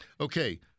Okay